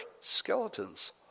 skeletons